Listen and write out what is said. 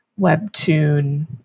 Webtoon